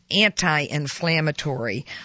anti-inflammatory